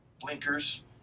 blinkers